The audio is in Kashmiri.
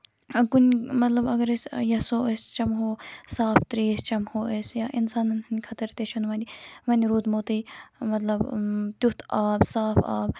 کُنہِ مطلب اگر أسۍ یَژھو أسۍ چَمہو صاف تریش چمہو أسۍ یا اِنسانَن ہٕندۍ خٲطرٕ تہِ چھُنہٕ وۄنۍ وۄنۍ روٗدمُت مطلب تیُتھ آب صاف آب